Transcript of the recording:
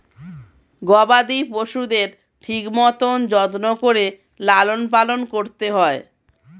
গবাদি পশুদের ঠিক মতন যত্ন করে লালন পালন করতে হয়